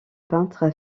peintre